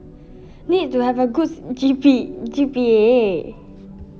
need to have a good G_P~ G_P_A